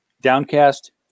downcast